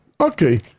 Okay